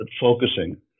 focusing